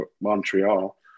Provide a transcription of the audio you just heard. Montreal